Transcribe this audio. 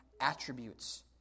attributes